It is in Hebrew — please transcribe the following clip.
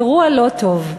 אירוע לא טוב.